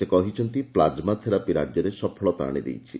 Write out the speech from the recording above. ସେ କହିଛନ୍ତି plasma therapy ରାକ୍ୟରେ ସଫଳତା ଆଶିଦେଇଛି